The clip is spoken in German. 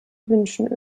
wünschen